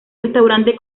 restaurante